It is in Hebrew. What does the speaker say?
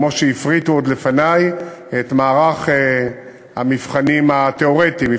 כמו שהפריטו עוד לפני את מערך המבחנים התיאורטיים,